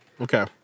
Okay